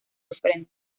sorprende